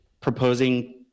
proposing